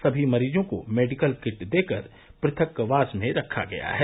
सभी मरीजों को मेडिकल किट देकर पृथक्कवास में रखा गया है